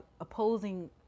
opposing